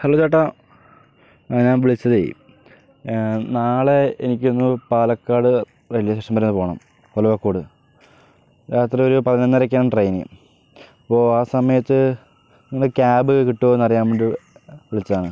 hello ചേട്ടാ ആ ഞാൻ വിളിച്ചത് നാളെ എനിക്കൊന്നു പാലക്കാട് റെയിൽവേ സ്റ്റേഷൻ വരെ പോകണം ഒലവക്കോട് രാത്രി ഒരു പതിനൊന്നാരക്കാണ് ട്രെയിന് അപ്പോ ആ സമയത്ത് നിങ്ങളെ ക്യാബ് കിട്ടുമൊ എന്നറിയാൻ വേണ്ടി വിളിച്ചതാണ്